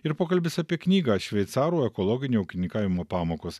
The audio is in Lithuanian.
ir pokalbis apie knygą šveicarų ekologinio ūkininkavimo pamokos